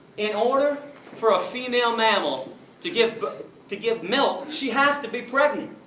in order for a female mammal to give but to give milk, she has to be pregnant.